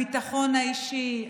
הביטחון האישי,